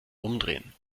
umdrehen